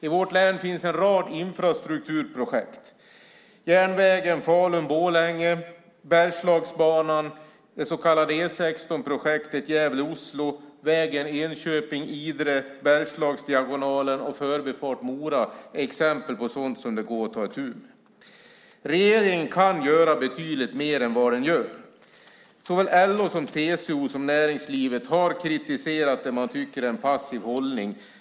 I vårt län finns en rad infrastrukturprojekt. Järnvägen Falun-Borlänge, Bergslagsbanan, det så kallade E 16-projektet Gävle-Oslo, vägen Enköping-Idre, Bergslagsdiagonalen och Förbifart Mora är exempel på sådant som det går att ta itu med. Regeringen kan göra betydligt mer än vad den gör. Såväl LO, TCO som näringslivet har kritiserat det man tycker är en passiv hållning.